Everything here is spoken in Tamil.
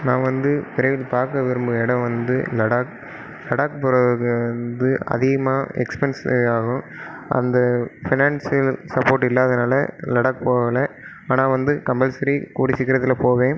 நான் வந்து விரைவில் பார்க்க விரும்புகிற இடம் வந்து லடாக் லடாக் போகிறதுக்கு வந்து அதிகமாக எக்ஸ்பென்ஸ்ஸு ஆகும் அந்த ஃபினான்சியல் சப்போட் இல்லாதனால் லடாக் போகல ஆனால் வந்து கம்பல்சரி கூடிய சீக்கிரத்தில் போவேன்